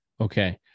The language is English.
Okay